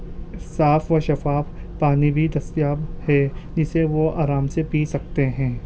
صاف و شفاف پانی بھی دستیاب ہے جسے وہ آرام سے پی سکتے ہیں